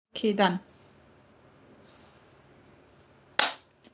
okay done